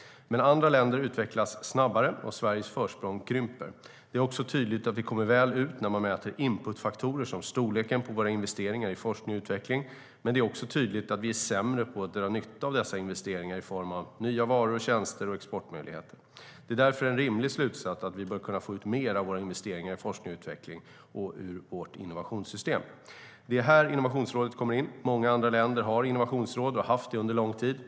Men andra länder utvecklas snabbare, och Sveriges försprång krymper. Det är också tydligt att vi "kommer väl ut" när man mäter inputfaktorer som storleken på våra investeringar i forskning och utveckling. Men det är också tydligt att vi är sämre på att dra nytta av dessa investeringar i form av nya varor, tjänster och exportmöjligheter. Det är därför en rimlig slutsats att vi bör kunna få ut mer av våra investeringar i forskning och utveckling och ur vårt innovationssystem. Det är här Innovationsrådet kommer in. Många andra länder har innovationsråd och har haft det under lång tid.